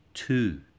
Two